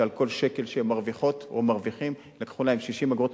שעל כל שקל שהם מרוויחות או מרוויחים לקחו להם 60 אגורות.